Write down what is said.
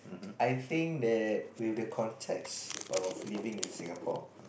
I think that with the context of living in Singapore